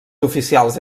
oficials